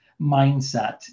mindset